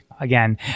Again